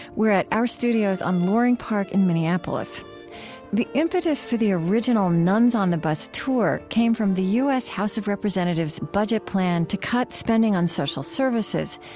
we're at our studios on loring park in minneapolis the impetus for the original nuns on the bus tour came from the u s. house of representatives budget plan to cut spending on social services,